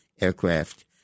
aircraft